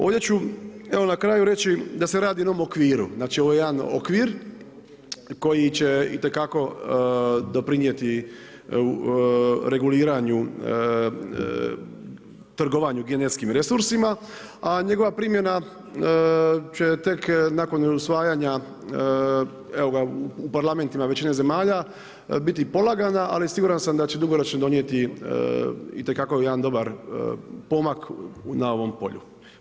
Ovdje ću na kraju reći da se radi o jednom okviru, znači ovo je jedan okvir koji će itekako doprinijeti u reguliranju trgovanju genetskim resursima, a njegova primjena će tek nakon usvajanja, evo ga u Parlamentima većine zemalja, biti polagana, ali siguran sam da će dugoročno donijeti itekako jedan dobar pomak na ovom polju.